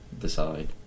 decide